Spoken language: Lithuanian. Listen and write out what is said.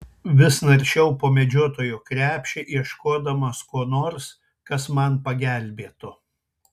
vis naršiau po medžiotojo krepšį ieškodamas ko nors kas man pagelbėtų